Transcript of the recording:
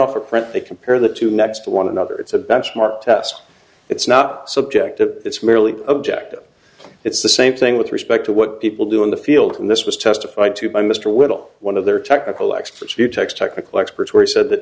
the print they compare that to next to one another it's a benchmark test it's not subjective it's merely objective it's the same thing with respect to what people do in the field and this was testified to by mr whipple one of their technical experts mutex technical experts where he said that